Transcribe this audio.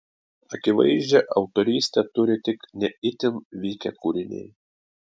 akivaizdžią autorystę turi tik ne itin vykę kūriniai